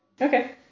Okay